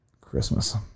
christmas